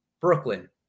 Brooklyn